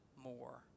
more